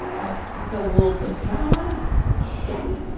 alpaca wool pajamas check.